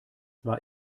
war